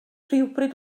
rhywbryd